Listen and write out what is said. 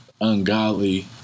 ungodly